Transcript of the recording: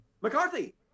mccarthy